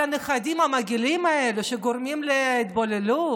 הנכדים המגעילים האלה שגורמים להתבוללות.